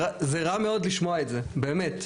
זה רע מאוד לשמוע את זה, באמת.